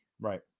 Right